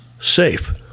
safe